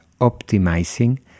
optimizing